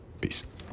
peace